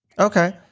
okay